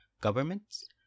governments